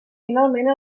finalment